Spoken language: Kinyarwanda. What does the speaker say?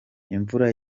imvura